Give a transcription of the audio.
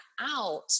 out